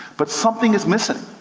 but something is missing.